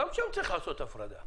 גם שם צריך לעשות הפרדה.